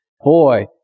boy